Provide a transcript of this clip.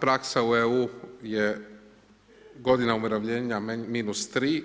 Praksa u EU je godina umirovljena minus tri,